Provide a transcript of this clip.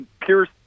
Pierce